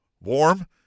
warm